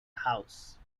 house